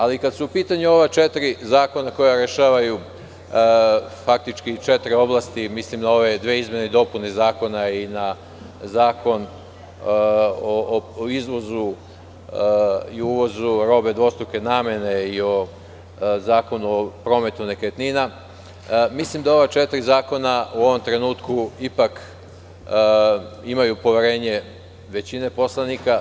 Ali, kada su u pitanju ova četiri zakona koja rešavaju faktički četiri oblasti, mislim na dve izmene i dopune zakona i na zakon o izvozu i uvozu robe dvostruke namene i na zakon o prometu nekretnina, mislim da ova četiri zakona u ovom trenutku ipak imaju poverenje većine poslanika.